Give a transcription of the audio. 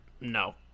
No